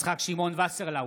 יצחק שמעון וסרלאוף,